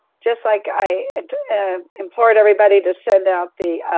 just like i implored everybody to send out the